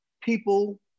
people